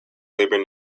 labour